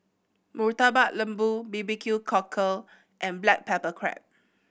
Murtabak Lembu B B Q Cockle and black pepper crab